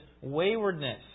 waywardness